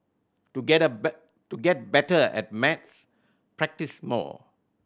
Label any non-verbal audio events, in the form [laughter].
to get [unintelligible] to get better at maths practise more